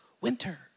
winter